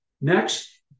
Next